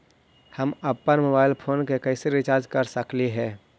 हम अप्पन mobile phone के कैसे रिचार्ज कर सकली हे?